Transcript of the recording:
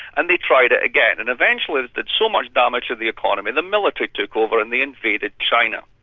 and they tried it again, and eventually it it did so much damage to the economy the military took over and they invaded china.